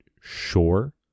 Sure